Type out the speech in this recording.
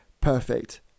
perfect